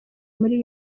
muri